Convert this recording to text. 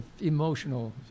Emotional